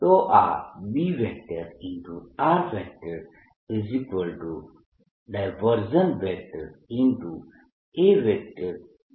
તો આ B A r છે